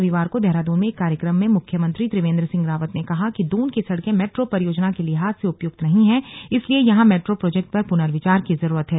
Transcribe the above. रविवार को देहरादून में एक कार्यक्रम में मुख्यमंत्री त्रिवेंद्र सिंह रावत ने कहा कि दून की सड़के मेट्रो परियोजना के लिहाज से उपयुक्त नहीं हैं इसलिए यहां मेट्रो प्रोजेक्ट पर पुर्नविचार की जरूरत है